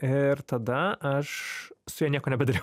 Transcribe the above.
ir tada aš su ja nieko nebedariau